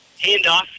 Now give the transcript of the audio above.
Handoff